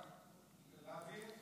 רק להבין.